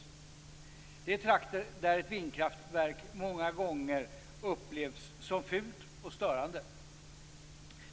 Det är trakter där ett vindkraftverk många gånger upplevs som fult och störande.